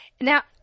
Now